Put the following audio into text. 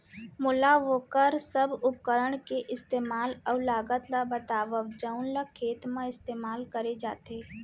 मोला वोकर सब उपकरण के इस्तेमाल अऊ लागत ल बतावव जउन ल खेत म इस्तेमाल करे जाथे?